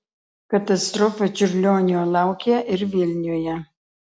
katastrofa čiurlionio laukė ir vilniuje